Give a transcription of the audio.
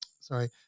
sorry